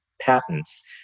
patents